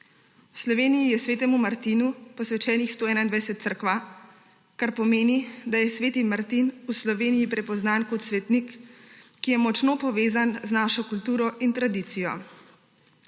Sloveniji je svetemu Martinu posvečenih 121 cerkva, kar pomeni, da je sveti Martin v Sloveniji prepoznan kot svetnik, ki je močno povezan z našo kulturo in tradicijo.